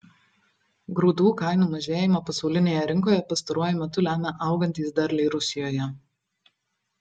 grūdų kainų mažėjimą pasaulinėje rinkoje pastaruoju metu lemia augantys derliai rusijoje